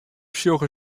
sjogge